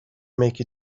make